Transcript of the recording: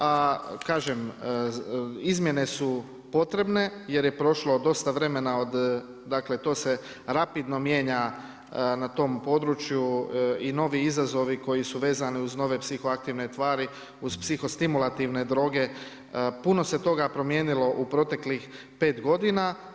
A kažem izmjene su potrebne jer je prošlo dosta vremena, dakle, to se rapidno mijenja na tom području i novi izazovi koji su vezani uz nove psihoaktivne tvari, uz psihostimulativne droge, puno se toga promijenilo u proteklih 5 godina.